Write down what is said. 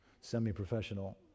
semi-professional